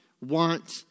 want